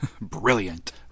Brilliant